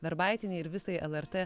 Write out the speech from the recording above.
verbaitienei ir visai lrt